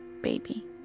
baby